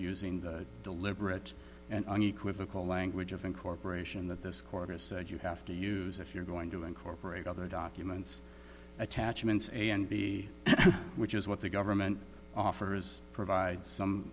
using the deliberate and unequivocal language of incorporation that this court has said you have to use if you're going to incorporate other documents attachments a and b which is what the government offers provide some